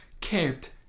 kept